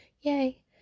yay